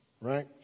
right